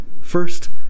first